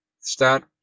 start